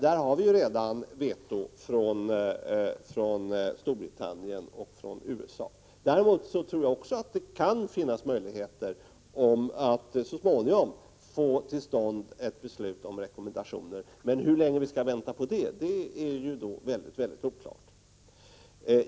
Där har vi redan veto från Storbritannien och från USA. Däremot tror jag att det kan finnas möjligheter att så småningom få till stånd ett beslut om rekommendationer, men hur länge vi skall vänta på det är högst oklart.